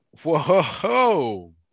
Whoa